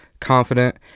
confident